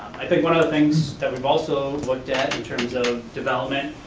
i think one other things that we've also looked at in terms of development,